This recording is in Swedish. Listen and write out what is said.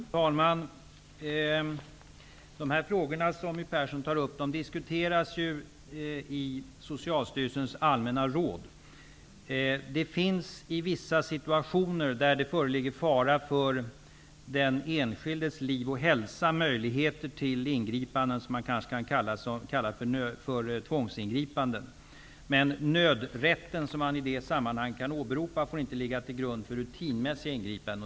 Fru talman! De frågor som My Persson tar upp diskuteras ju i Socialstyrelsens allmänna råd. Det finns i vissa situationer, där det föreligger fara för den enskildes liv och hälsa, möjligheter till ingripanden som man kanske kan kalla för tvångsingripanden. Men nödrätten, som i detta sammanhang kan åberopas, får inte ligga till grund för rutinmässiga ingripanden.